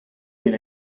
been